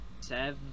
seven